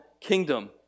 kingdom